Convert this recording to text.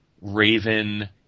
Raven